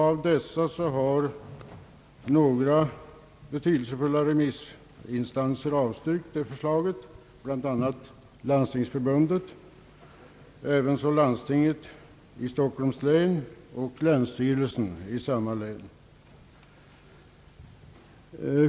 Av dessa har några betydelsefulla remissinstanser avstyrkt förslaget om att det dubbla beredningstvånget inte skall gälla, bl.a.